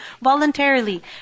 voluntarily